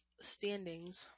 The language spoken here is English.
standings